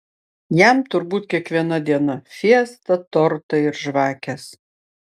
jam turbūt kiekviena diena fiesta tortai ir žvakės